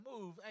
move